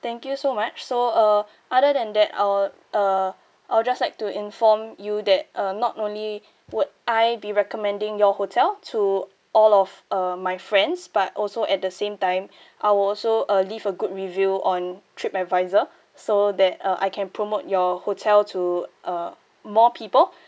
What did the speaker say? thank you so much so uh other than that I will uh I'll just like to inform you that uh not only would I be recommending your hotel to all of uh my friends but also at the same time I will also uh leave a good review on TripAdvisor so that uh I can promote your hotel to uh more people